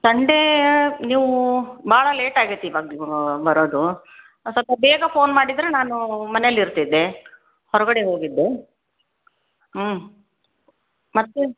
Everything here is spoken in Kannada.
ಸಂಡೇ ನೀವು ಭಾಳ ಲೇಟ್ ಆಗೈತಿ ಇವಾಗ ನೀವು ಬರೋದು ಸ್ವಲ್ಪ ಬೇಗ ಫೋನ್ ಮಾಡಿದರೆ ನಾನು ಮನೇಲ್ಲಿ ಇರ್ತಿದ್ದೆ ಹೊರಗಡೆ ಹೋಗಿದ್ದೆ ಹ್ಞೂ ಮತ್ತೆ